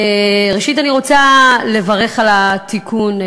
ראשית אני רוצה לברך על התיקון,